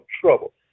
trouble